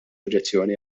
oġġezzjoni